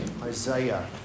Isaiah